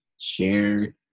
share